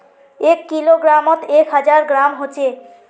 एक किलोग्रमोत एक हजार ग्राम होचे